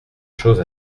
chose